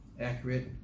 accurate